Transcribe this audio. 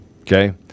Okay